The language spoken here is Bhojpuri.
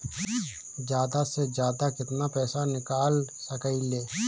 जादा से जादा कितना पैसा निकाल सकईले?